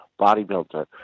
bodybuilder